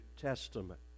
Testament